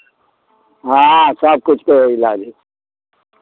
हँ सभ किछुके इलाज होइ छै